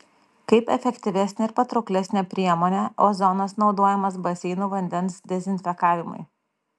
kaip efektyvesnė ir patrauklesnė priemonė ozonas naudojamas baseinų vandens dezinfekavimui